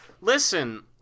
Listen